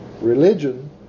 religion